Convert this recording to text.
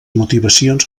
motivacions